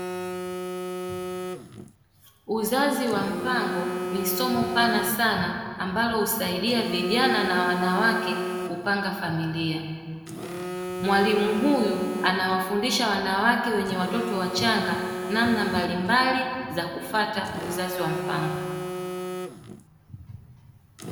Uzazi wa mpango ni somo pana sana ambalo husaidia vijana na wanawake kupanga familia, mwalimu huyu anawafundisha wanawake wenye watoto wachanga namna mbalimbali za kufuata uzazi wa mpango.